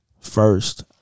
first